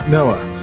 Noah